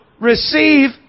receive